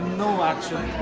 no actually,